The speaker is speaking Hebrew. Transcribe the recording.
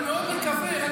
אני מקווה מאוד,